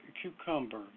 cucumber